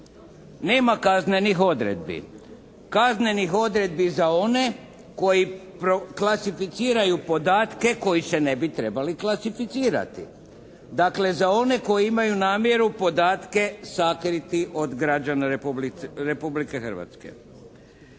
Nema kaznenih odredbi. Kaznenih odredbi za one koji klasificiraju podatke koji se ne bi trebali klasificirati. Dakle za one koji imaju namjeru podatke sakriti od građana Republike Hrvatske.